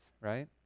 right